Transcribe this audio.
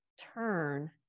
turn